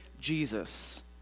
Jesus